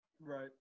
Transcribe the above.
Right